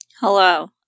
Hello